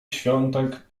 świątek